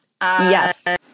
Yes